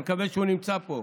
אני מקווה שהוא נמצא פה,